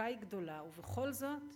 המצוקה היא גדולה ובכל זאת,